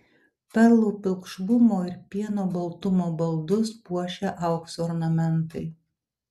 perlų pilkšvumo ir pieno baltumo baldus puošia aukso ornamentai